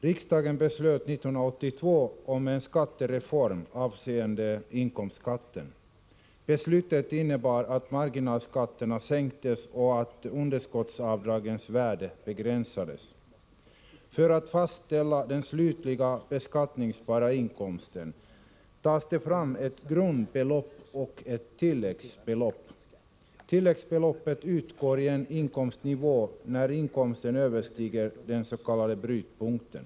Riksdagen beslöt 1982 om en skattereform avseende inkomstskatten. Beslutet innebar att marginalskatterna sänktes och att underskottsavdragens värde begränsades. För att fastställa den slutliga beskattningsbara inkomsten tas det fram ett grundbelopp och ett tilläggsbelopp. Tilläggsbeloppet utgår för inkomstnivåer där inkomsten överstiger den s.k. brytpunkten.